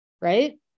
right